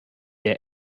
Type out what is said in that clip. der